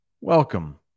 Welcome